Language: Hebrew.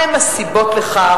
מהן הסיבות לכך,